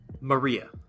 Maria